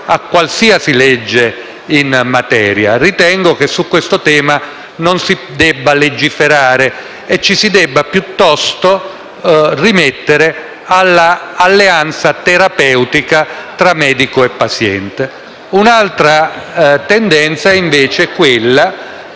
grazie a tutti